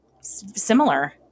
similar